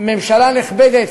ממשלה נכבדת.